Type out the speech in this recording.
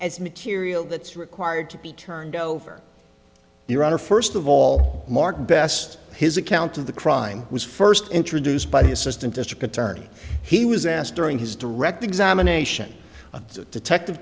as material that's required to be turned over your honor first of all mark best his account of the crime was first introduced by the assistant district attorney he was asked during his direct examination the detective